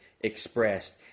expressed